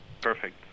Perfect